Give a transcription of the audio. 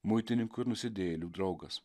muitininkų ir nusidėjėlių draugas